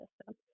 system